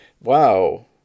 wow